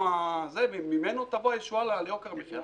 זה ממנו תבוא הישועה ליוקר המחיה?